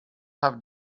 have